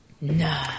No